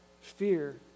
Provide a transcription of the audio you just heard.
fear